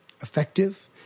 effective